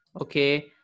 Okay